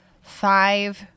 five